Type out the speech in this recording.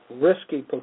risky